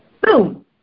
boom